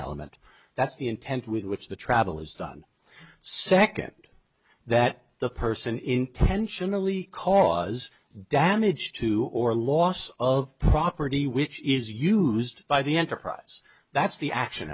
t element that's the intent with which the travel is done second that the person intentionally cause damage to or loss of property which is used by the enterprise that's the action